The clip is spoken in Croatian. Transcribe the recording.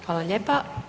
Hvala lijepa.